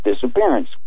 disappearance